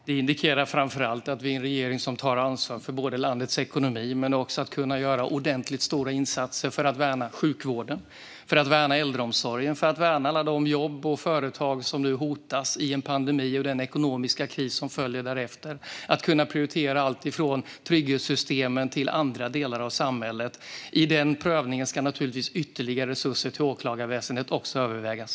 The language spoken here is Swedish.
Fru talman! Det indikerar framför allt att vi är en regering som tar ansvar för landets ekonomi men också gör ordentligt stora insatser för att kunna värna sjukvården, äldreomsorgen och alla de jobb och företag som hotas i pandemin och den ekonomiska kris som följer därefter och för att kunna prioritera allt från trygghetssystemen till andra delar av samhället. I den prövningen ska naturligtvis ytterligare resurser till åklagarväsendet också övervägas.